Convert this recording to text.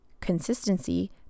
consistency